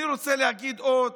אני רוצה להגיד עוד